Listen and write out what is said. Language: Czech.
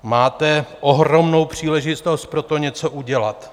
Máte ohromnou příležitost pro to něco udělat.